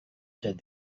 said